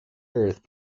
earth